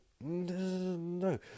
No